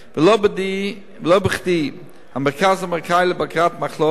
ולא בכדי המרכז האמריקני לבקרת מחלות,